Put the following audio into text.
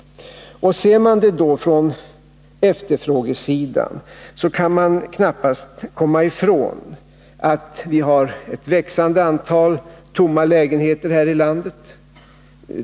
Ser man frågan från efterfrågesynpunkt kan man knappast komma ifrån att vi har ett växande antal tomma lägenheter här i landet.